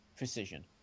precision